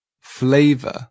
flavor